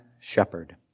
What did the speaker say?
shepherd